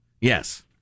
Yes